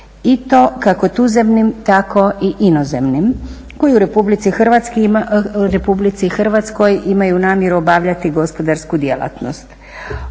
i to kako tuzemnim tako i inozemnim koji u Republici Hrvatskoj imaju namjeru obavljati gospodarsku djelatnost.